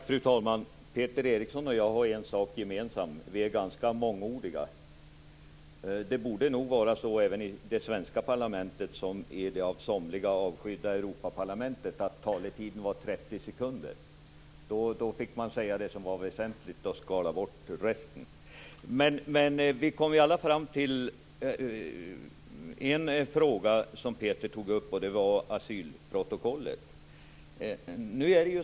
Fru talman! Peter Eriksson och jag har en sak gemensamt, och det är att vi är ganska mångordiga. Det borde nog vara så även i det svenska parlamentet, som det är i det av somliga avskydda Europaparlamentet, att talartiden var 30 sekunder. Då fick man säga det som var väsentligt och skala bort resten. En fråga som Peter Eriksson tog upp var asylprotokollet.